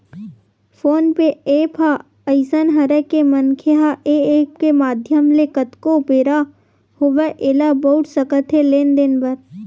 phone पे app ह अइसन हरय के मनखे ह ऐ ऐप के माधियम ले कतको बेरा होवय ऐला बउर सकत हे लेन देन बर